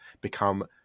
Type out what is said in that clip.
become